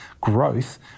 growth